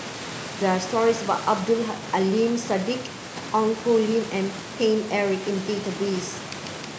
there are stories about Abdul Aleem Siddique Ong Poh Lim and Paine Eric in the database